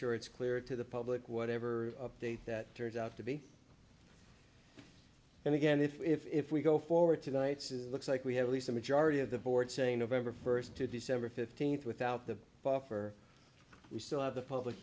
sure it's clear to the public whatever update that turns out to be and again if we go forward tonight says looks like we have at least a majority of the board saying november first to december fifteenth without the buffer we still have the public